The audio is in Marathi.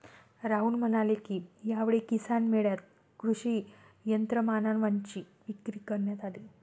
राहुल म्हणाले की, यावेळी किसान मेळ्यात कृषी यंत्रमानवांची विक्री करण्यात आली